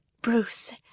Bruce